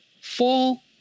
fall